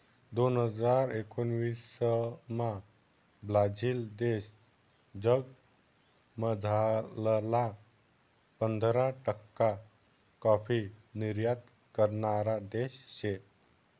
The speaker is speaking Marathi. दोन हजार एकोणाविसमा ब्राझील देश जगमझारला पंधरा टक्का काॅफी निर्यात करणारा देश शे